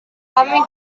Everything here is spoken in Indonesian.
kami